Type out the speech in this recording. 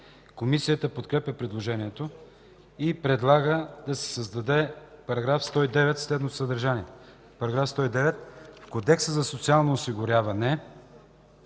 Комисията подкрепя предложението и предлага да се създаде § 109 със следното съдържание: „§ 109. В Кодекса за социално осигуряване